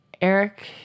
Eric